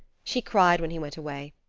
she cried when he went away,